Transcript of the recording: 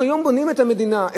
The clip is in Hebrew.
אנחנו היום בונים את המדינה,